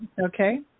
Okay